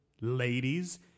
Ladies